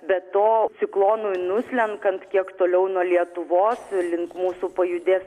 be to ciklonui nuslenkant kiek toliau nuo lietuvos link mūsų pajudės